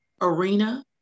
arena